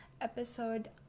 episode